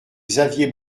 xavier